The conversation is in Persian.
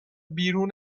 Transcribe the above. بیرون